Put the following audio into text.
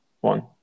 one